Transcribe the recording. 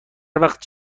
وقت